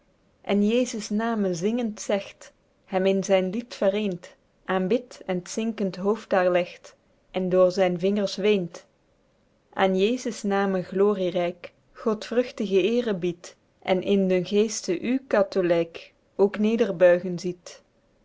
en jesus name zingend zegt hem in zyn lied vereent aenbidt en t zinkend hoofd daer legt en door zyn vingers weent aen jesus name glorieryk godvruchtige eere biedt en in den geeste u katholyk ook nederbuigen ziet